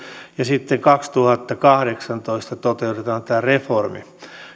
ja sitten kaksituhattakahdeksantoista toteutetaan reformi